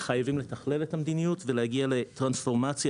חייבים לתכלל את המדיניות והגיע לטרנספורמציה